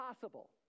possible